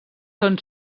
són